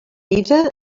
vida